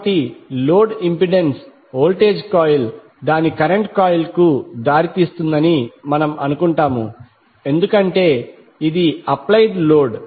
కాబట్టి load impedance voltage coil దాని current కాయిల్కు దారి తీస్తుందని మనము అనుకుంటాము ఎందుకంటే ఇది అప్లైడ్ లోడ్